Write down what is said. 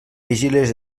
vigílies